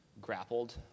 grappled